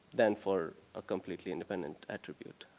than for a completely independent attribute.